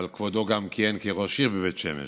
אבל כבודו גם כיהן כראש עירייה בבית שמש,